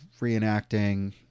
reenacting